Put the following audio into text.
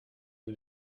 mit